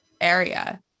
area